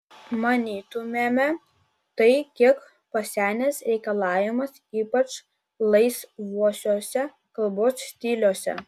manytumėme tai kiek pasenęs reikalavimas ypač laisvuosiuose kalbos stiliuose